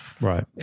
Right